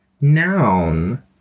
Noun